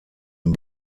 den